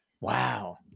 Wow